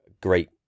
great